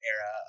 era